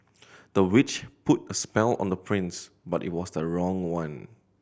the witch put a spell on the prince but it was the wrong one